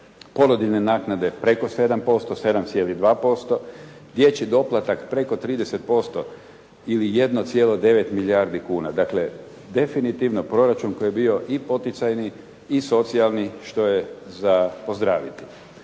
porodiljne naknade preko 7%, 7,2%, dječji doplatak preko 30% ili 1,9 milijardi kuna. Dakle, definitivno proračun koji je bio i poticajni i socijalni, što je za pozdraviti.